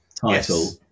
title